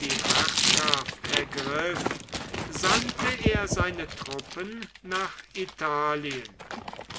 die herrschaft ergriff sandte er seine truppen nach italien